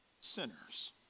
sinners